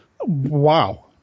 Wow